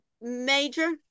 major